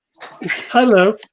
hello